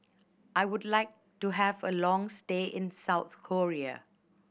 I would like to have a long stay in South Korea